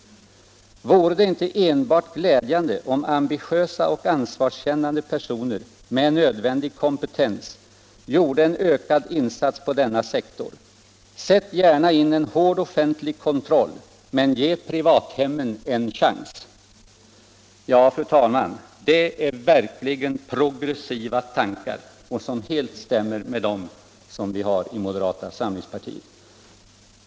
——-— Vore det inte enbart glädjande om ambitiösa och ansvarskännande personer med nödvändig kompetens gjorde en ökad insats på denna sektor. Sätt gärna in en hård offentlig kontroll men ge privathemmen en chans.” Ja, fru talman, det är verkligt progressiva tankar som helt stämmer med dem vi har inom moderata samlingspartiet.